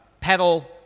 pedal